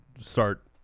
Start